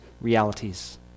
realities